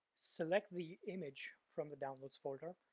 select the image from the downloads folder,